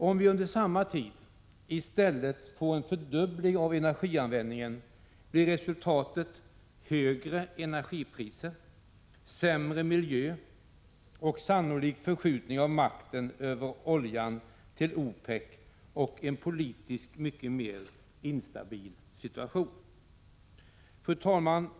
Om vi under samma tid i stället får en fördubbling av energianvändningen blir resultatet högre energipriser, sämre miljö och sannolikt förskjutning av makten över oljan till OPEC och en politiskt mycket mer instabil situation. Fru talman!